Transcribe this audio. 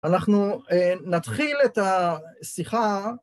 אנחנו נתחיל את השיחה